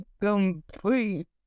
complete